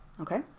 Okay